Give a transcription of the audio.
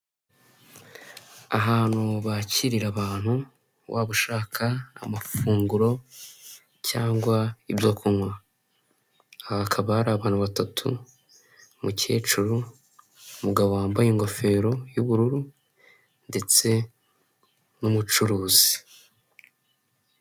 Ahantu bakirira abantu waba ushaka amafunguro cyangwa ibyo kunywa, hakaba hari abantu batatu, umukecuru, umugabo wambaye ingofero y'ubururu ndetse n'umucuruzi.